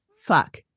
fuck